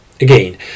Again